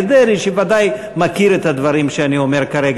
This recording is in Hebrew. דרעי שבוודאי מכיר את הדברים שאני אומר כרגע.